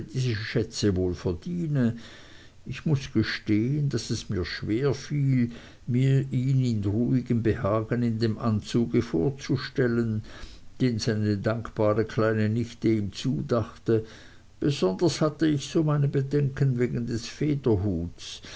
diese schätze wohl verdiene ich muß gestehen daß es mir schwer fiel mir ihn in ruhigem behagen in dem anzuge vorzustellen den seine dankbare kleine nichte ihm zudachte besonders hatte ich so meine bedenken wegen des federhutes